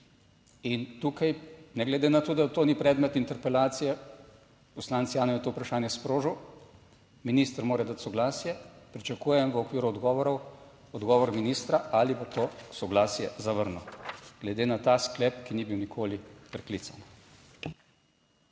In tukaj ne glede na to, da to ni predmet interpelacije, poslanec Jani je to vprašanje sprožil. Minister mora dati soglasje. Pričakujem v okviru odgovorov, odgovor ministra ali bo to soglasje zavrnil glede na ta sklep, ki ni bil nikoli preklican.